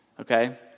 Okay